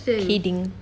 kidding